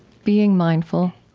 being mindful